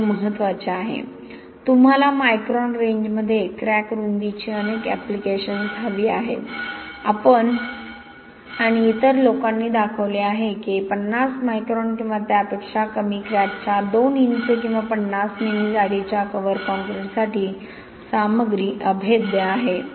तर ते महत्त्वाचे आहे तुम्हाला मायक्रॉन रेंजमध्ये क्रॅक रुंदीची अनेक ऍप्लिकेशन्स हवी आहेत आपण आणि इतर लोकांनी दाखवले आहे की 50 मायक्रॉन किंवा त्यापेक्षा कमी क्रॅकच्या 2 इंच किंवा 50 मिमी जाडीच्या कव्हर कॉंक्रिटसाठी सामग्री अभेद्य आहे